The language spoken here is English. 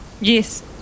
Yes